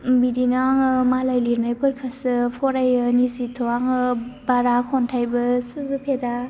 बिदिनो आङो मालाय लिरनायफोरखौसो फरायो निजिथ' आङो बारा खन्थाइबो सुजुफेरा